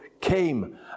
came